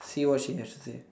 see what she has to say